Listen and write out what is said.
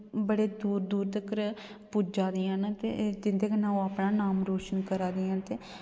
बड़े दूर दूर तक्कर पुज्जा दियां न ते जिं'दे कन्नै ओह् अपना नाम रोशन करा दियां न ते